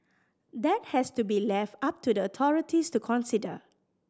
that has to be left up to the authorities to consider